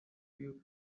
you